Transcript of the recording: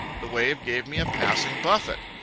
the wave gave me a passing buffet,